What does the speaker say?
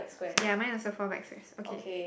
ya mine also fall back so it's okay